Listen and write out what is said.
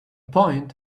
point